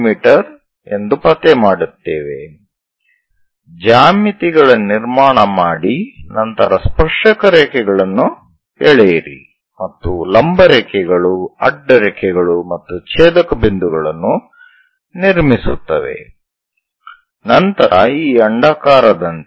me ಎಂದು ಪತ್ತೆ ಮಾಡುತ್ತೇವೆ ಜ್ಯಾಮಿತಿಗಳ ನಿರ್ಮಾಣ ಮಾಡಿ ನಂತರ ಸ್ಪರ್ಶಕ ರೇಖೆಗಳನ್ನು ಎಳೆಯಿರಿ ಮತ್ತು ಲಂಬ ರೇಖೆಗಳು ಅಡ್ಡ ರೇಖೆಗಳು ಮತ್ತು ಛೇಧಕ ಬಿಂದುಗಳನ್ನು ನಿರ್ಮಿಸುತ್ತವೆ ನಂತರ ಈ ಅಂಡಾಕಾರ ದಂತೆ